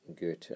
Goethe